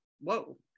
whoa